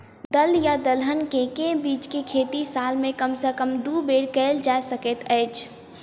दल या दलहन केँ के बीज केँ खेती साल मे कम सँ कम दु बेर कैल जाय सकैत अछि?